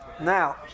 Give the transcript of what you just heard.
Now